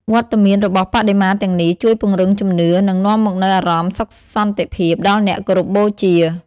វត្តមានរបស់បដិមាទាំងនេះជួយពង្រឹងជំនឿ និងនាំមកនូវអារម្មណ៍សុខសន្តិភាពដល់អ្នកគោរពបូជា។